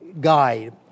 guide